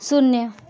शून्य